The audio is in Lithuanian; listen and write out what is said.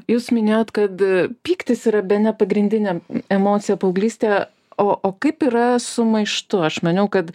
jūs minėjot kad pyktis yra bene pagrindinė emocija paauglystė o o kaip yra su maištu aš maniau kad